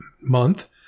month